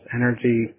energy